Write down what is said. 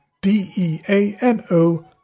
D-E-A-N-O